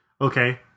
Okay